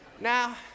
Now